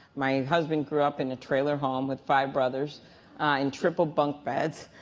my husband grew up in a trailer home with five brothers in triple bunk beds.